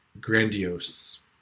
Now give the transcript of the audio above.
grandiose